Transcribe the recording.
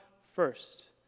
first